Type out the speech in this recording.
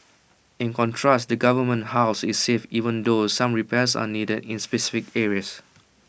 in contrast the government's house is safe even though some repairs are needed in specific areas